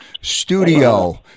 studio